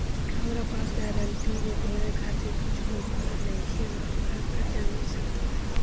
हमरा पास गारंटी मे देवे खातिर कुछूओ नईखे और हमरा कर्जा मिल सकत बा?